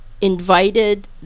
invited